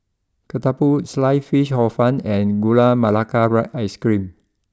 Ketupat sliced Fish Hor fun and Gula Melaka Ice cream